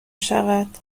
شود